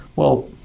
well,